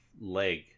leg